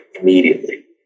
immediately